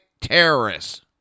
terrorists